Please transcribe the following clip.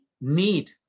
need